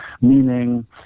meaning